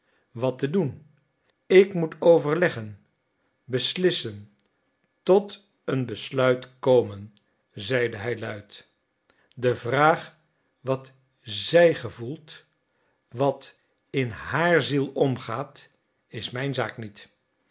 wat te doen ik moet overleggen beslissen tot een besluit komen zeide hij luid de vraag wat zij gevoelt wat in haar ziel omgaat is mijn zaak niet